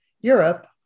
Europe